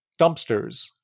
dumpsters